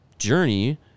Journey